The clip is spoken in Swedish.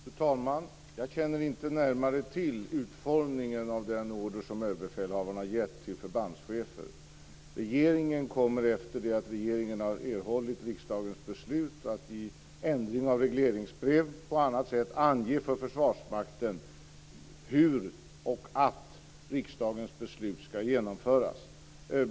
Fru talman! Jag känner inte närmare till utformningen av den order som överbefälhavaren har gett till förbandscheferna. Regeringen kommer efter det att regeringen har erhållit riksdagens beslut att i ändring av regleringsbrev eller på annat sätt ange för Försvarsmakten hur och att riksdagens beslut ska genomföras.